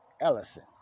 Ellison